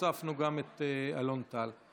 הוספנו גם את אלון טל.